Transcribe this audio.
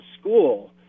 school